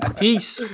peace